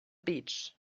beach